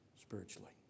spiritually